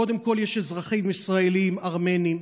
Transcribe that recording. קודם כול, יש אזרחים ישראלים ארמנים,